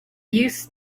used